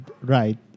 right